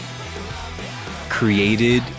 created